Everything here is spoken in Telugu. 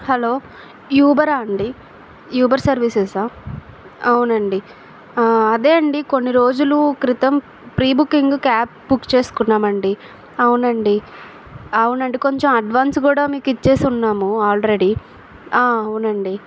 హలో ఊబరా అండి ఊబర్ సర్వీసెసా అవునండి అదే అండి కొన్ని రోజులు క్రితం ప్రీ బుకింగ్ క్యాబ్ బుక్ చేసుకున్నాం అండి అవునండి అవునండి కొంచెం అడ్వాన్స్ కూడా మీకు ఇచ్చేసి ఉన్నాము ఆల్ రెడీ అవునండి